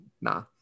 Nah